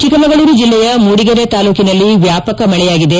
ಚಿಕ್ಕಮಗಳೂರು ಜಿಲ್ಲೆಯ ಮೂದಿಗೆರೆ ತಾಲೂಕಿನಲ್ಲಿ ವ್ಯಾಪಕ ಮಳೆಯಾಗಿದೆ